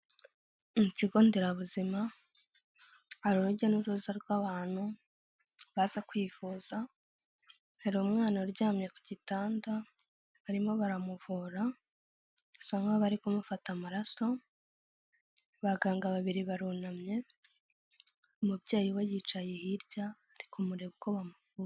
Mu kigo nderabuzima hari urujya n'uruza rw'abantu baza kwivuza, hari umwana uryamye ku gitanda barimo baramuvura, bisa nk'aho bari kumufata amaraso, abaganga babiri barunamye umubyeyi we yicaye hirya ari kumureba uko bamuvura.